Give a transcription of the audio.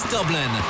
Dublin